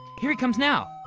here he comes now.